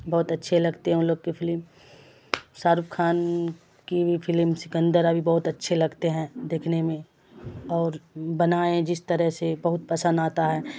بہت اچھے لگتے ہیں ان لوگ کے فلم شاہ رخ خان کی بھی فلم سکندر ابھی بہت اچھے لگتے ہیں دیکھنے میں اور بنائیں جس طرح سے بہت پسند آتا ہے